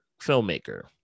filmmaker